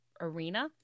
Arena